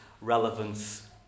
relevance